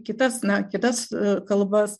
kitas na kitas kalbas